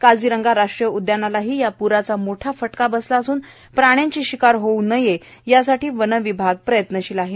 काझीरंगा राष्ट्रीय उद्यानालाही या पूराचा मोठा फटका बसला असून प्राण्यांची शिकार होऊ नये यासाठी वनविभाग प्रयत्नशिल आहे